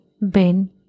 ben